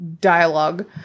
dialogue